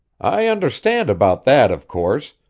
i understand about that, of course.